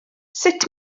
sut